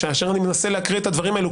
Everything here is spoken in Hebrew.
כאשר אני מנסה להקריא את הדברים האלו,